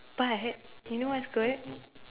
but you know what's good